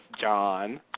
John